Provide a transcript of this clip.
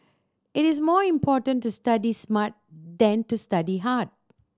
it is more important to study smart than to study hard